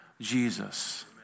Jesus